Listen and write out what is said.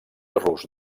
rus